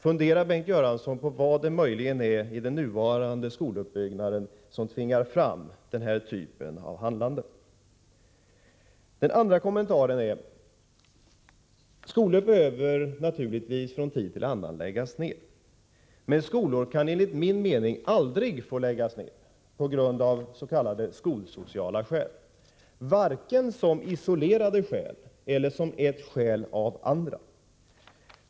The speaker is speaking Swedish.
Funderar Bengt Göransson på vad det möjligen är i den nuvarande skoluppbyggnaden som tvingar fram denna typ av handlande? Den andra kommentaren är följande: Skolor behöver naturligtvis från tid till annan läggas ned. Men skolor kan enligt min mening aldrig få läggas ned på grund avs.k. skolsociala skäl, varken som isolerade skäl eller som ett skäl av andra.